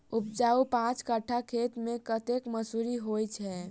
उपजाउ पांच कट्ठा खेत मे कतेक मसूरी होइ छै?